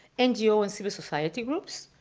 ngo and civil society groups?